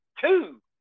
two